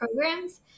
programs